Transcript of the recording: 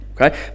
Okay